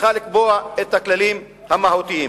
צריכה לקבוע את הכללים המהותיים.